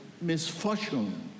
misfortune